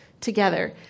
together